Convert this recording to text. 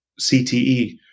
CTE